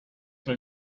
que